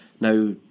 Now